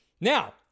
Now